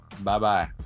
Bye-bye